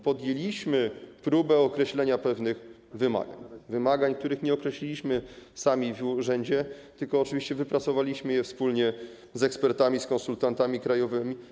Podjęliśmy próbę określenia pewnych wymagań, wymagań, których nie określiliśmy sami w urzędzie, tylko oczywiście wypracowaliśmy je wspólnie z ekspertami, z konsultantami krajowymi.